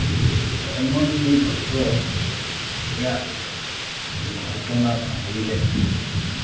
ᱮᱢᱚᱱ ᱢᱤᱫ ᱚᱠᱛᱚ ᱤᱧᱟᱹᱜ ᱜᱷᱚᱴᱚᱱᱟ ᱦᱩᱭ ᱞᱮᱱᱟ